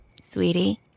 Sweetie